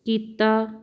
ਕੀਤਾ